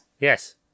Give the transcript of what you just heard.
yes